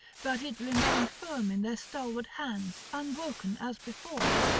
but it remained firm in their stalwart hands unbroken as before.